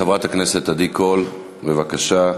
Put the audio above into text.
חברת הכנסת עדי קול, בבקשה.